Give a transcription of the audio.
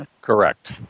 Correct